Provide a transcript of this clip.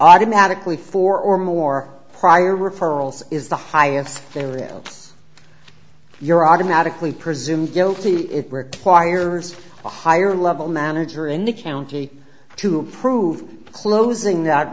automatically four or more prior referrals is the highest ferrell you're automatically presumed guilty it requires a higher level manager in the county to approve closing that